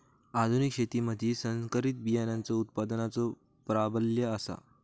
आधुनिक शेतीमधि संकरित बियाणांचो उत्पादनाचो प्राबल्य आसा